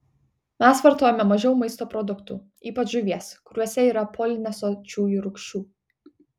mes vartojame mažiau maisto produktų ypač žuvies kuriuose yra polinesočiųjų rūgščių